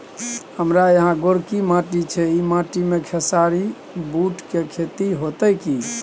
हमारा यहाँ गोरकी माटी छै ई माटी में खेसारी, बूट के खेती हौते की?